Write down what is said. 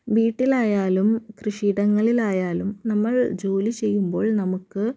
വീട്ടിലായാലും കൃഷിയിടങ്ങളിലായാലും നമ്മൾ ജോലി ചെയ്യുമ്പോൾ നമുക്ക്